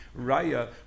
Raya